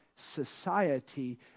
society